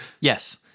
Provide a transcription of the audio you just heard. Yes